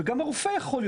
וגם הרופאים.